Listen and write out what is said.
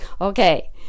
okay